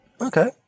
okay